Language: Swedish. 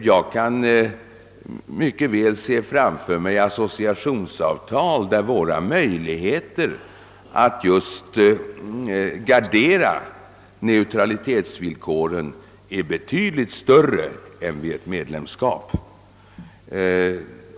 Jag kan mycket väl tänka mig ett associationsavtal i vilket våra möjligheter att gardera neutralitetsvillkoren är betydligt större än vid ett medlemskap.